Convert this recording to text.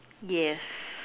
yes